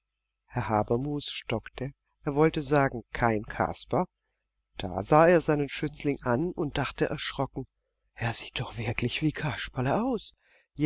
herr habermus stockte er wollte sagen kein kasper da sah er seinen schützling an und dachte erschrocken er sieht doch wirklich wie kasperle aus